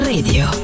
Radio